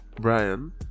brian